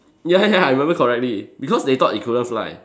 ya ya I remember correctly because they thought it couldn't fly